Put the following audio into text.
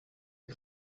der